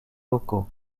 locaux